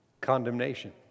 Condemnation